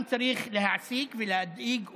וגם צריך להעסיק ולהדאיג אותנו,